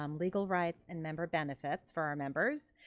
um legal rights and member benefits for our members.